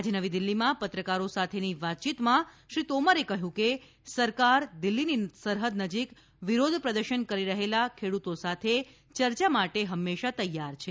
આજે નવી દિલ્હીમાં પત્રકારો સાથેની વાતયીતમાં શ્રી તોમારે કહ્યું કે સરકાર દિલ્ફીની સરહદ નજીક વિરોધ પ્રદર્શન કરી રહેલા ખેડૂતો સાથે ચર્ચા માટે હંમેશા તૈયાર છે